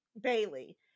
Bailey